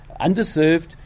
underserved